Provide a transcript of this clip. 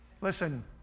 Listen